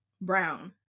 Brown